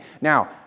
Now